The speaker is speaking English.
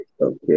Okay